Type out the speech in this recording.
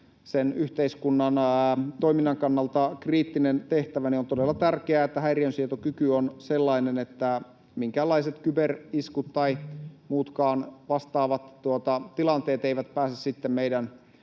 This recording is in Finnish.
sen yhteiskunnan toiminnan kannalta kriittinen tehtävä, niin on todella tärkeää, että häiriönsietokyky on sellainen, että minkäänlaiset kyberiskut tai muutkaan vastaavat tilanteet eivät pääse meidän,